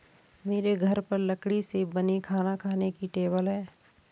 मेरे घर पर लकड़ी से बनी खाना खाने की टेबल है